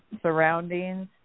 surroundings